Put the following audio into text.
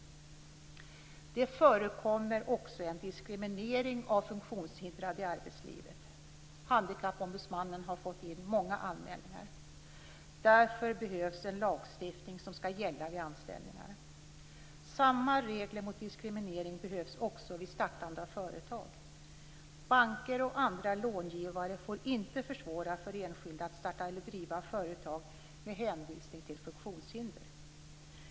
Det förekommer också en diskriminering av funktionshindrade i arbetslivet. Handikappombudsmannen har fått in många anmälningar. Därför behövs en lagstiftning som skall gälla vid anställningar. Samma regler mot diskriminering behövs också vid startande av företag. Banker och andra långivare får inte försvåra för enskilda att starta eller driva företag med hänvisning till funktionshinder.